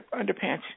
underpants